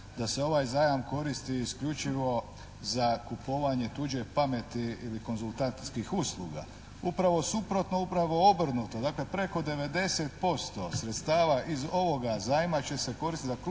da se ovaj zajam koristi isključivo za kupovanje tuđe pameti ili konzultantskih usluga. Upravo suprotno, upravo obrnuto. Dakle, preko 90% sredstava iz ovoga zajma će se koristiti